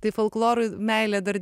tai folklorui meilė dar